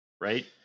Right